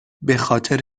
بخاطر